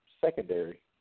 secondary